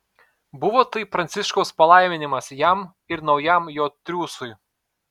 buvo tai pranciškaus palaiminimas jam ir naujam jo triūsui